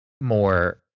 more